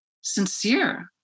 sincere